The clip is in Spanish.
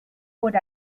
por